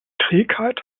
trägheit